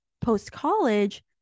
post-college